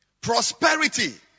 prosperity